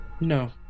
no